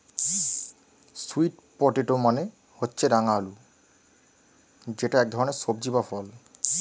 sweet potato মানে হচ্ছে রাঙা আলু যেটা এক ধরনের সবজি বা ফল